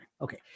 Okay